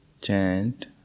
chant